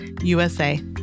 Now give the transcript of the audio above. USA